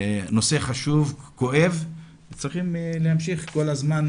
זה נושא חשוב וכואב וצריכים להמשיך כל הזמן,